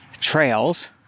trails